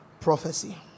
prophecy